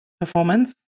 performance